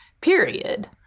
period